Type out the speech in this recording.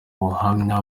buhamya